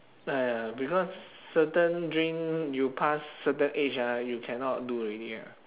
ah ya because certain dream you pass certain age ah you cannot do already ah